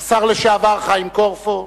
השר לשעבר חיים קורפו,